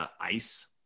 ice